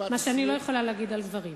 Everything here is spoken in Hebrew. מה שאני לא יכולה להגיד על גברים.